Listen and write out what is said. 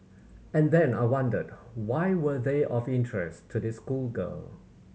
and then I wondered why were they of interest to this schoolgirl